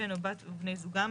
בן או בת או בני זוגם,